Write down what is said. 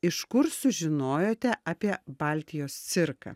iš kur sužinojote apie baltijos cirką